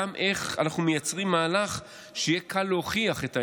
גם איך אנחנו מייצרים מהלך שיהיה קל להוכיח את העניין.